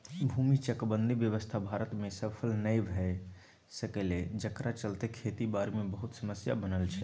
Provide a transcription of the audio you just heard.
भूमि चकबंदी व्यवस्था भारत में सफल नइ भए सकलै जकरा चलते खेती बारी मे बहुते समस्या बनल छै